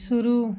शुरू